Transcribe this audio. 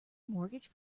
mortgage